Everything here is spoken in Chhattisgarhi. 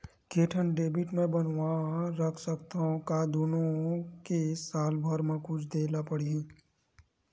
के ठन डेबिट मैं बनवा रख सकथव? का दुनो के साल भर मा कुछ दे ला पड़ही?